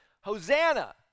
Hosanna